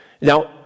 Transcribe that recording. Now